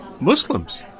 Muslims